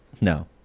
no